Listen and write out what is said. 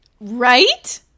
Right